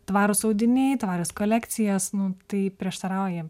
tvarūs audiniai tvarios kolekcijos nu tai prieštarauja